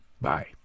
Bye